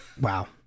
Wow